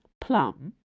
Plum